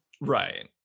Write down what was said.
right